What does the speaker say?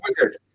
wizard